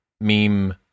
meme